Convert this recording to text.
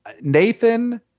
Nathan